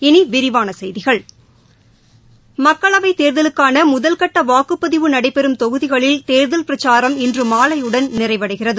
இனிவிரிவானசெய்திகள் மக்களவைத் தேர்தலுக்கானமுதல்கட்டவாக்குப்பதிவு நடைபெறும் தொகுதிகளில் தேர்தல் பிரச்சாரம் இன்றுமாலையுடன் நிறைவடைகிறது